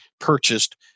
purchased